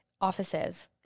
offices